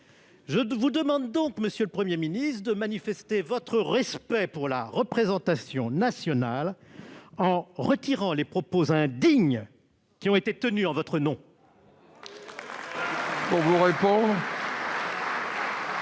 Je vous demande donc, monsieur le Premier ministre, de manifester votre respect pour la représentation nationale en retirant les propos indignes qui ont été tenus en votre nom ! La parole